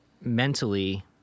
mentally